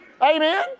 Amen